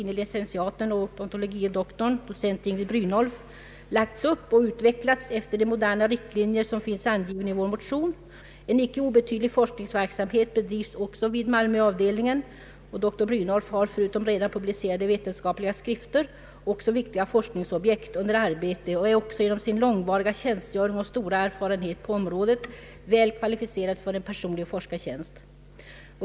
lic., odont. dr, docenten I. Brynolf lagts upp och utvecklats efter de moderna riktlinjer som finns angivna i vår motion. En icke obetydlig forskningsverksamhet bedrivs även vid Malmöavdelningen. Dr Brynolf har förutom redan publicerade vetenskapliga skrifter också viktiga forskningsobjekt under arbete. Hon är även genom sin långvariga tjänstgöring och stora erfa renhet på området väl kvalificerad för en personlig forskartjänst.